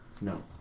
No